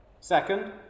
Second